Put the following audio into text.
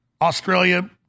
Australia